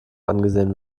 angesehen